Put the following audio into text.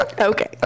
Okay